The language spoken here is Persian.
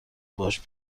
باهاش